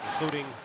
including